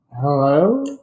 hello